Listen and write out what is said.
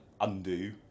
undo